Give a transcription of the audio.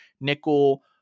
nickel